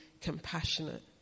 compassionate